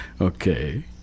Okay